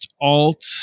alt